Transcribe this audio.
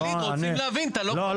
וואליד, רוצים להבין אתה לא --- לא.